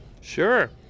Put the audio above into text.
Sure